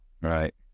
right